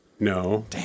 No